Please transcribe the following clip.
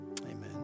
Amen